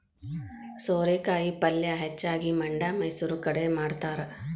ಸೋರೆಕಾಯಿ ಪಲ್ಯೆ ಹೆಚ್ಚಾಗಿ ಮಂಡ್ಯಾ ಮೈಸೂರು ಕಡೆ ಮಾಡತಾರ